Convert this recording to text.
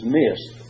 missed